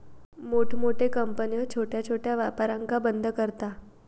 मोठमोठे कंपन्यो छोट्या छोट्या व्यापारांका बंद करता